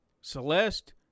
Celeste